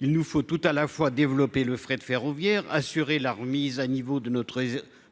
il nous faut tout à la fois, développer le fret ferroviaire, assurer la remise à niveau de notre